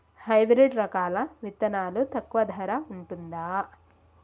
Hybrid రకాల విత్తనాలు తక్కువ ధర ఉంటుందా?